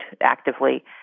actively